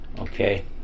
Okay